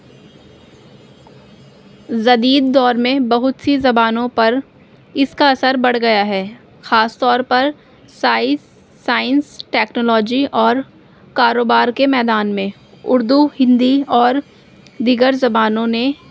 جدید دور میں بہت سی زبانوں پر اس کا اثر بڑھ گیا ہے خاص طور پر سائنس سائنس ٹیکنالوجی اور کاروبار کے میدان میں اردو ہندی اور دیگر زبانوں نے